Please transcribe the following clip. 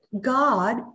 God